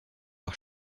par